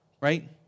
right